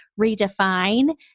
redefine